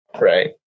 Right